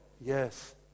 Yes